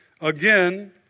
again